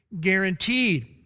guaranteed